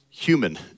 human